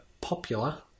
popular